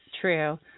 True